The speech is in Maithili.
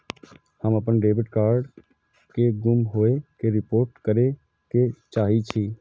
हम अपन डेबिट कार्ड के गुम होय के रिपोर्ट करे के चाहि छी